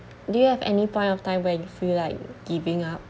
do you have any point of time when you feel like giving up